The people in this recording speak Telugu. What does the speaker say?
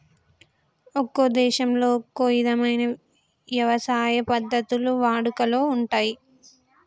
ఒక్కో దేశంలో ఒక్కో ఇధమైన యవసాయ పద్ధతులు వాడుకలో ఉంటయ్యి